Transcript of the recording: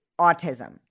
autism